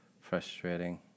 frustrating